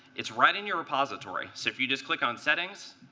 it's right in your repository. so if you just click on settings